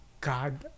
God